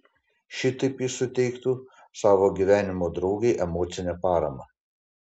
šitaip jis suteiktų savo gyvenimo draugei emocinę paramą